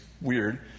weird